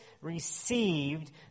received